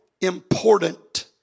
important